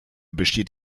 besteht